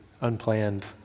Unplanned